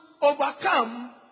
overcome